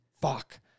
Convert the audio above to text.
Fuck